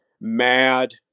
mad